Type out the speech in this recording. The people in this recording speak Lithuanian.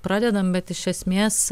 pradedam bet iš esmės